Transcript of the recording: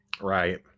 right